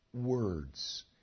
words